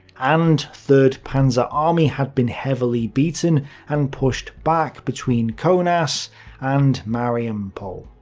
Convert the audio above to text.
and third panzer army had been heavily beaten and pushed back between kaunas and mariampol.